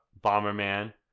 Bomberman